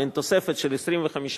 מעין תוספת של 25%,